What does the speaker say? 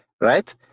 right